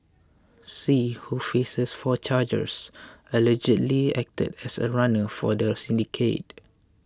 see who faces four charges allegedly acted as a runner for the syndicate